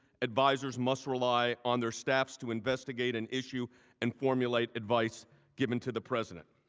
advisors must rely on their staffs to investigate an issue and formulate advised given to the president.